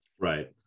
Right